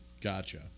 Gotcha